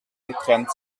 getrennt